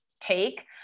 take